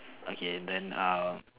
okay then err